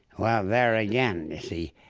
well, there again, you see,